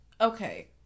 Okay